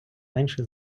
менше